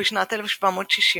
ובשנת 1760